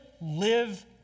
live